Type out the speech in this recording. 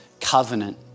covenant